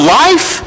life